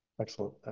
Excellent